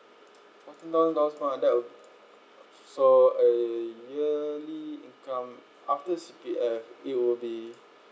fourteen thousand dollar so a yearly income after C_P_F it will be